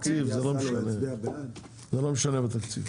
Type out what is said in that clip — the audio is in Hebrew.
הצבעה 2 לא השתתפו.